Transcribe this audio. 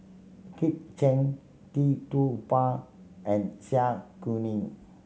Kit Chan Tee Tua Ba and Zai Kuning